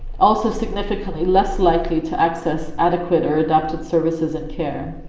also significantly less likely to access adequate or adapted services and care.